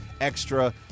extra